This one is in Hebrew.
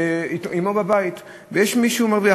עמו בבית, ויש מישהו שמרוויח.